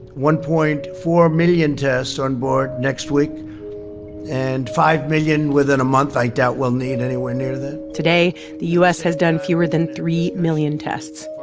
one point four million tests onboard next week and five million within a month. i doubt we'll need anywhere near that today the u s. has done fewer than three million tests,